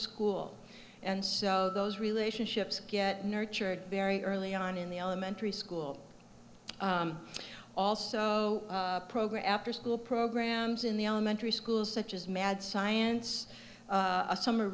school and so those relationships get nurtured very early on in the elementary school also program afterschool programs in the elementary schools such as mad science summer